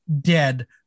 Dead